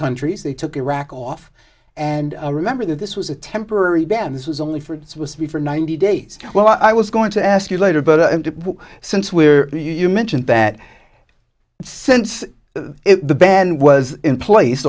countries they took iraq off and remember that this was a temporary ban this was only for it was to be for ninety days well i was going to ask you later but since where are you you mentioned that since the ban was in place